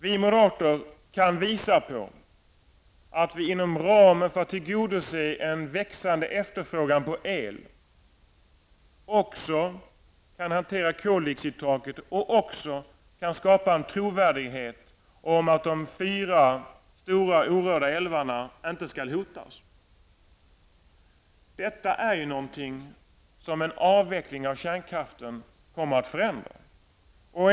Vi moderater kan visa på att vi inom ramen för att tillgodose en växande efterfrågan på el också kan hantera koldioxidtaket och skapa en trovärdighet om att de fyra stora orörda älvarna inte skall hotas. Detta är ju någonting som avvecklingen av kärnkraften kommer att förändra.